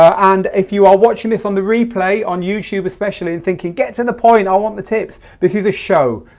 and if you are watching this on the replay, on youtube especially and thinking get to the point, i want the tips, this is a show.